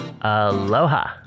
Aloha